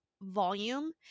volume